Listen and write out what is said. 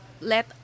let